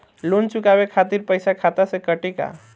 Loan चुकावे खातिर पईसा खाता से कटी का?